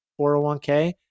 401k